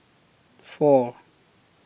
four